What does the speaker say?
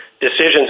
decisions